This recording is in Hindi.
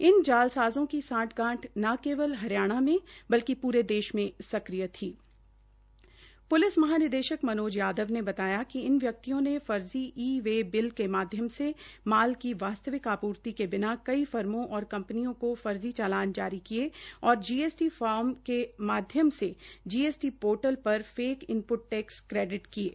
इन जालसाज़ों की सांठगाठ न केवल हरियाणा में बल्कि पूरे देश में सक्रिय थी प्लिस महानिदेशक मनोज यादव ने बताया कि इन व्यक्तियों ने र्जी ई वे बिल के माध्यम से माल की वास्तविक आपूर्ति के बिना कई र्मो और कंपनियों को र्जी चालान जारी किये और जीएसटी ार्म के माध्यम से जीएसटी पोर्टल पर े क इनप्ट टैक्स क्रेडिट किये